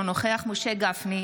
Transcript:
אינו נוכח משה גפני,